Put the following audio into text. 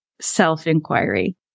self-inquiry